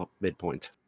midpoint